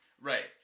Right